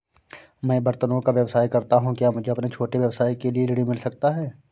मैं बर्तनों का व्यवसाय करता हूँ क्या मुझे अपने छोटे व्यवसाय के लिए ऋण मिल सकता है?